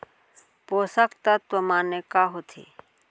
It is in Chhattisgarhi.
पोसक तत्व माने का होथे?